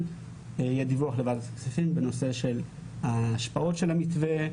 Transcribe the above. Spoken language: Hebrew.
יהיה דיווח לוועדת הכספים בנושא ההשפעות של המתווה,